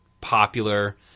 popular